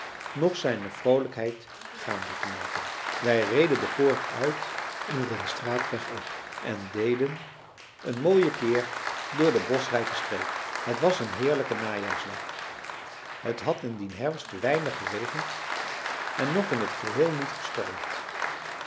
noch zijne vroolijkheid gaande te maken wij reden de poort uit en den straatweg op en deden een mooien keer door de boschrijke streek het was een heerlijke najaarsdag het had in dien herfst weinig geregend en nog in het geheel niet gestormd